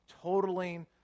totaling